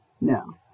No